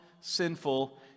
sinful